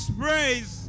praise